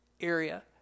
area